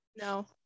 no